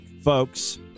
folks